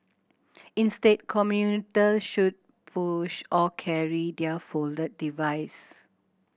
instead commuter should push or carry their folded device